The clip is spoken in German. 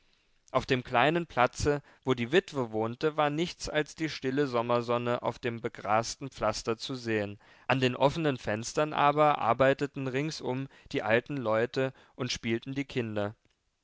auf dem kleinen platze wo die witwe wohnte war nichts als die stille sommersonne auf dem begrasten pflaster zu sehen an den offenen fenstern aber arbeiteten ringsum die alten leute und spielten die kinder